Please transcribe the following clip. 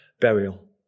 burial